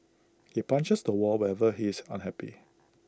he punches the wall whenever he is unhappy